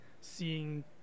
seeing